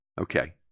Okay